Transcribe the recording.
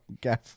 gaff